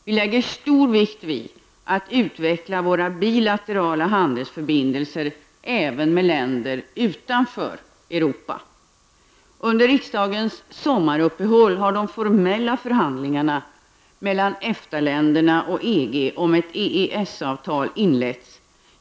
Vi lägger stor vikt vid att utveckla våra bilaterala handelsförbindelser även med länder utanför Under riksdagens sommaruppehåll har de formella förhandlingarna mellan EFTA-länderna och EG om ett EES-avtal inletts.